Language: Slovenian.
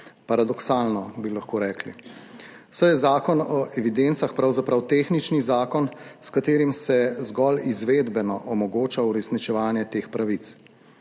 Paradoksalno, bi lahko rekli. Saj je Zakon o evidencah pravzaprav tehnični zakon, s katerim se zgolj izvedbeno omogoča uresničevanje teh pravic.